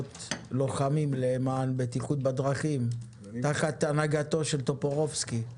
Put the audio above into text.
לוחמים למען בטיחות בדרכים תחת הנהגתו של טופורובסקי,